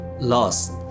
lost